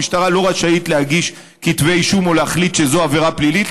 המשטרה לא רשאית להגיש כתבי אישום או להחליט שזו עבירה פלילית.